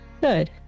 Good